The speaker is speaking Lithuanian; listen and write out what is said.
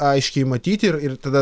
aiškiai matyti ir ir tada